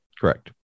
Correct